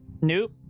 Nope